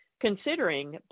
considering